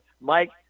Mike